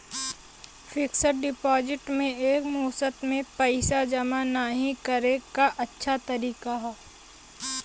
fixed deposit में एक मुश्त में पइसा जमा नाहीं करे क अच्छा तरीका हौ